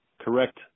correct